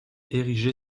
érigée